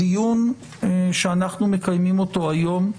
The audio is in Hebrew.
הדיון שאנחנו מקיימים היום,